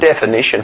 definition